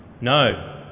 No